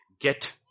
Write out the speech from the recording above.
Get